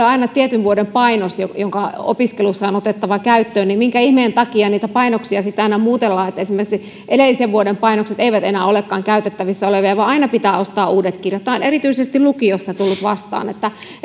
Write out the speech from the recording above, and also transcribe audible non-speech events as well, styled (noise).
(unintelligible) aina tietyn vuoden painos otettava opiskelussa käyttöön niin minkä ihmeen takia niitä painoksia sitten aina muutellaan niin että esimerkiksi edellisen vuoden painokset eivät enää olekaan käytettävissä olevia vaan aina pitää ostaa uudet kirjat tämä on erityisesti lukiossa tullut vastaan